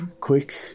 quick